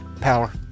Power